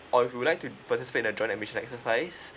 or would you like to participate the joint admission exercise